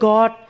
God